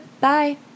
Bye